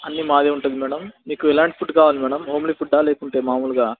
అన్నీ మాదే ఉంటుంది మేడమ్ మీకు ఎలాంటి ఫుడ్డు కావాలి మేడమ్ హోమ్లీ ఫుడ్డా లేకుంటే మామూలుగా